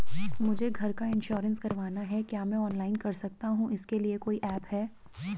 मुझे घर का इन्श्योरेंस करवाना है क्या मैं ऑनलाइन कर सकता हूँ इसके लिए कोई ऐप है?